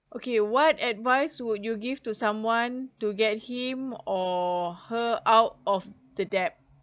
okay what advice would you give to someone to get him or her out of the debt